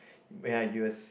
you will